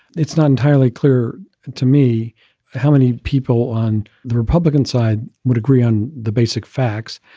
it's not entirely clear to me how many people on the republican side would agree on the basic facts.